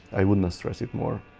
i would not stress it more